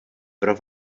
pro